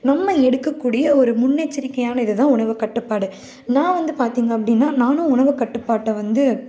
நம்ம எடுக்கக்கூடிய ஒரு முன்னெச்சரிக்கையான இதுதான் உணவு கட்டுப்பாடு நான் வந்து பார்த்திங்க அப்படின்னா நானும் உணவு கட்டுப்பாட்டை வந்து